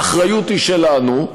האחריות היא שלנו,